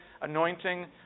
anointing